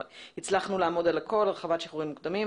הצלחנו לעמוד על הכול כמו הרחבת שחרורים מוקדמים,